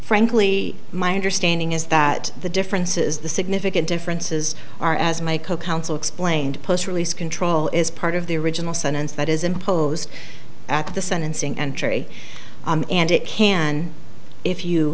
frankly my understanding is that the differences the significant differences are as my co counsel explained post release control is part of the original sentence that is imposed at the sentencing and jury and it can if you